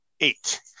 Eight